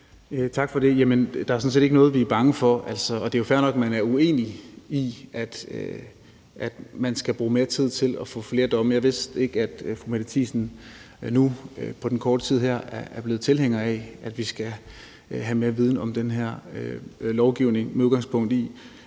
Tak for det. Jamen der er sådan set ikke noget, vi er bange for, og det er jo fair nok, at man er uenig i, at man skal bruge mere tid til at få undersøgt flere domme. Jeg vidste ikke, at fru Mette Thiesen nu på den korte tid her er blevet tilhænger af, at vi skal have mere viden om den her lovgivning med udgangspunkt i